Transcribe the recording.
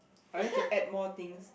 unless you add more things